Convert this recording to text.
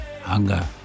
Hunger